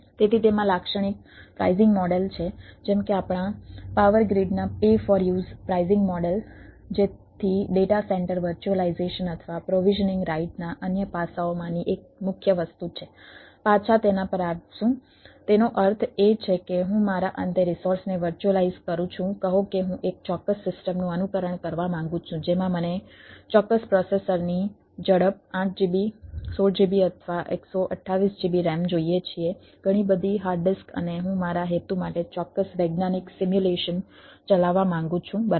તેથી તેમાં લાક્ષણિક પ્રાઇઝિંગ મોડેલ અને હું મારા હેતુ માટે ચોક્કસ વૈજ્ઞાનિક સિમ્યુલેશન ચલાવવા માંગુ છું બરાબર